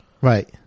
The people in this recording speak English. Right